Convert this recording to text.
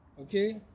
Okay